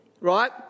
right